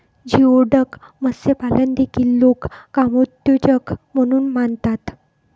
geoduck मत्स्यपालन देखील लोक कामोत्तेजक म्हणून मानतात